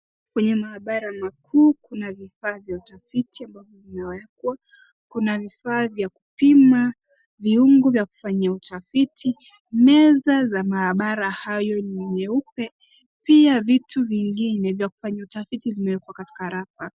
Kwenye maabara makuu kuna vifaa vya utafiti ambavyo vimeekwa. Kuna vifaa vya kupima, viungo vya kufanya utafiti. Meza za maabara hayo ni nyeupe, pia vitu vingine vya kufanya utafiti vimeekwa katika rafa.